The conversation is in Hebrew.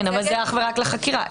אבל זה אך ורק לחקירה.